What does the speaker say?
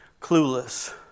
clueless